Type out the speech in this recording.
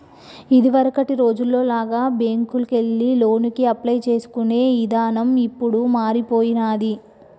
ఇదివరకటి రోజుల్లో లాగా బ్యేంకుకెళ్లి లోనుకి అప్లై చేసుకునే ఇదానం ఇప్పుడు మారిపొయ్యినాది